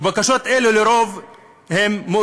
ובקשות אלה לרוב מאושרות.